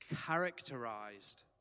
characterized